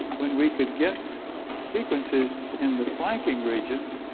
when we could get sequences in the flanking regions